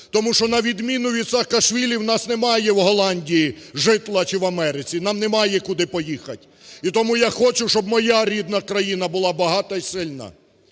Тому що, на відміну від Саакашвілі, в нас немає в Голландії житла чи в Америці, нам немає куди поїхати. І тому я хочу, щоб моя рідна країна була багата і сильна,